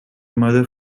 mother